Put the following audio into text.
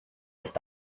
ist